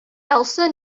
elsa